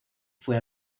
fue